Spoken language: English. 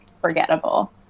forgettable